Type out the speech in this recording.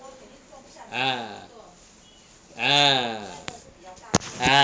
ah ah ah